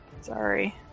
Sorry